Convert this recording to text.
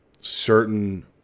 certain